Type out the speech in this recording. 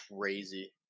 crazy